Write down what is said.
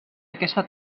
aquesta